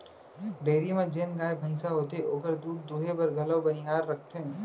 dairy म जेन गाय भईंस होथे ओकर दूद दुहे बर घलौ बनिहार रखथें